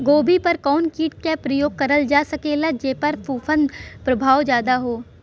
गोभी पर कवन कीट क प्रयोग करल जा सकेला जेपर फूंफद प्रभाव ज्यादा हो?